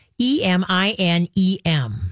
E-M-I-N-E-M